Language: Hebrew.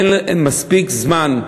אין מספיק זמן,